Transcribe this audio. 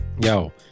Yo